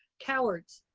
cowards.